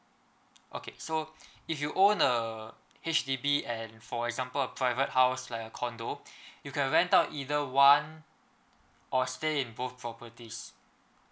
okay so if you own a H_D_B and for example a private house like a condo you can rent out either one or stay in both properties